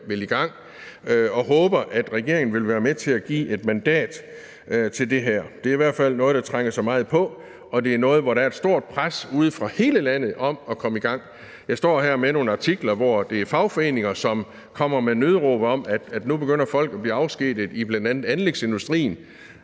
og håber, at regeringen vil være med til at give et mandat til det her. Det er i hvert fald noget, der trænger sig meget på, og det er noget, hvor der er et stort pres ude fra hele landet om at komme i gang. Jeg står her med nogle artikler, hvor det er fagforeninger, som kommer med nødråb om, at nu begynder folk at blive afskediget i bl.a. anlægsindustrien,